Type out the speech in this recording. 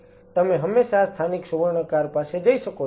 તો તમે હંમેશા સ્થાનિક સુવર્ણકાર પાસે જઇ શકો છો